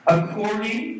According